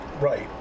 Right